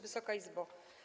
Wysoka Izbo!